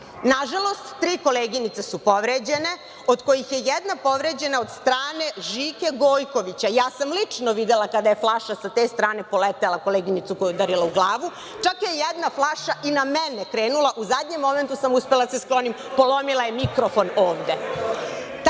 prekinuti. Nažalost, tri koleginice su povređene od kojih je jedna povređena od strane Žike Gojkovića. Ja sam lično videla kada je flaša sa te strane poletela koleginicu koju je udarila u glavu. Čak je jedna flaša i na mene krenula. U zadnjem momentu sam uspela da se sklonim. Polomila je mikrofon